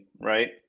right